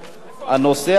הנושא הבא,